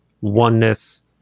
oneness